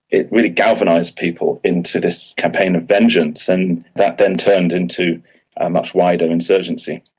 it really galvanised people into this campaign of vengeance and that then turned into a much wider insurgency.